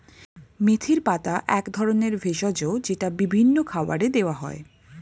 মেথির পাতা এক ধরনের ভেষজ যেটা বিভিন্ন খাবারে দেওয়া হয়